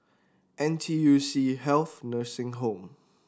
N T U C Health Nursing Home